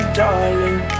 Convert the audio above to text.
darling